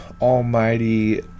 almighty